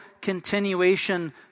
continuation